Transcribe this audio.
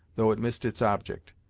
though it missed its object.